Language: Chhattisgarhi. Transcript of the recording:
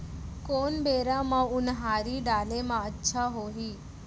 कोन बेरा म उनहारी डाले म अच्छा होही?